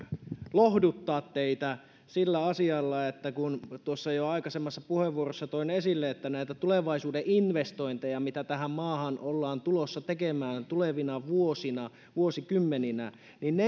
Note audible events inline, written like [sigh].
lohduttaa teitä sillä asialla kun tuossa jo aikaisemmassa puheenvuorossa toin esille näitä tulevaisuuden investointeja mitä tähän maahan ollaan tulossa tekemään tulevina vuosina vuosikymmeninä että ne [unintelligible]